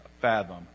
fathom